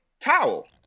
towel